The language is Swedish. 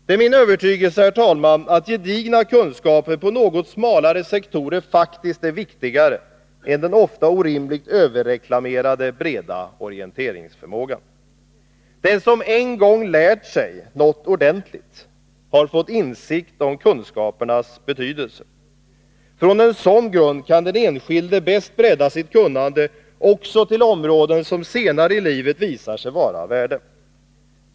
Det är min övertygelse, herr talman, att gedigna kunskaper på något smalare sektorer faktiskt är viktigare än den ofta orimligt överreklamerade breda orienteringsförmågan. Den som en gång lärt sig något ordentligt har fått insikt om kunskapernas betydelse. Från en sådan grund kan den enskilde bäst bredda sitt kunnande också till områden som senare i livet visar sig vara av värde.